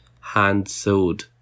hand-sewed